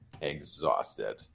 exhausted